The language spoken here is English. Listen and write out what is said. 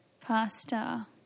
pasta